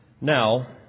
Now